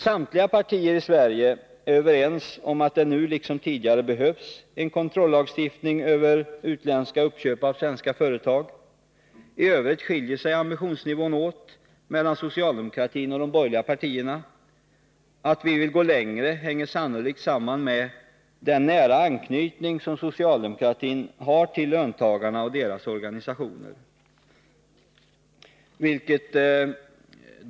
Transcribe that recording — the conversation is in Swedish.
Samtliga partier i Sverige är överens om att det nu liksom tidigare behövs en kontrollagstiftning för utländska uppköp av svenska företag. I övrigt skiljer sig ambitionsnivån åt mellan socialdemokratin och de borgerliga partierna. Att vi vill gå längre hänger sannolikt samman med den nära anknytning som socialdemokratin har till löntagarna och deras organisationer.